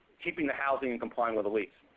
keeping the housing and complying with the lease.